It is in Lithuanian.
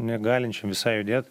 negalinčių visai judėt